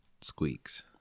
squeaks